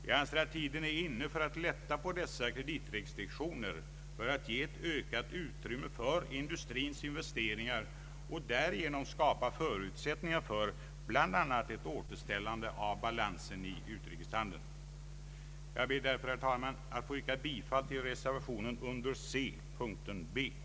Jag anser att tiden är inne att lätta på kreditrestriktionerna för att ge ökat utrymme åt industrins investeringar och därigenom skapa förutsättningar för att bl.a. återställa balansen i utrikeshandeln. Jag ber därför, herr talman, att få yrka bifall till reservationen 3 b under punkten C.